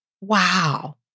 wow